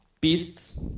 beasts